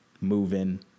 moving